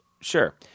Sure